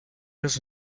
was